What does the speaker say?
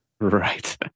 Right